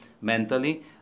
mentally